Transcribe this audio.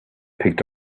picked